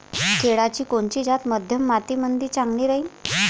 केळाची कोनची जात मध्यम मातीमंदी चांगली राहिन?